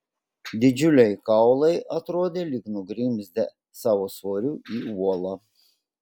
didžiuliai kaulai atrodė lyg nugrimzdę savo svoriu į uolą